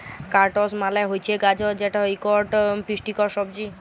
carrots মালে হছে গাজর যেট ইকট পুষ্টিকর সবজি